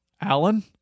Alan